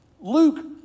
Luke